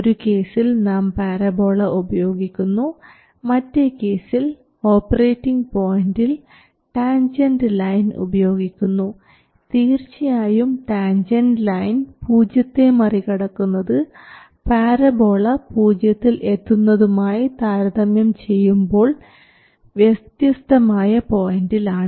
ഒരു കേസിൽ നാം പാരബോള ഉപയോഗിക്കുന്നു മറ്റേ കേസിൽ ഓപ്പറേറ്റിങ് പോയിൻറിൽ ടാൻജൻറ് ലൈൻ ഉപയോഗിക്കുന്നു തീർച്ചയായും ടാൻജൻറ് ലൈൻ പൂജ്യത്തെ മറികടക്കുന്നത് പാരബോള പൂജ്യത്തിൽ എത്തുന്നതുമായി താരതമ്യം ചെയ്യുമ്പോൾ വ്യത്യസ്തമായ പോയൻറിൽ ആണ്